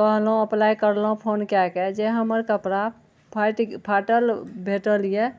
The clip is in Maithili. कहलहुँ अप्लाइ करलहुँ फोन कए कऽ जे हमर कपड़ा फाटि फाटल भेटल यए